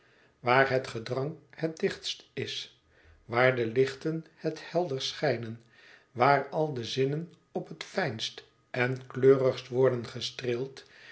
waar het gedrang het dichtst is waar de lichten het helderst schijnen waar al de zin nen op het fijnst en keurigst worden gestreeld